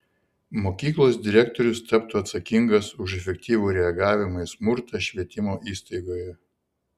mokyklos direktorius taptų atsakingas už efektyvų reagavimą į smurtą švietimo įstaigoje